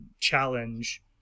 challenge